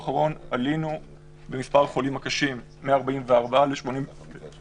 אם אתם מגדירים עלייה בחולים קשים מ-44 ל-66